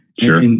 Sure